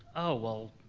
oh well,